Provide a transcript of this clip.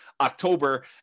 October